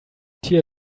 tear